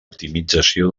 optimització